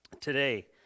today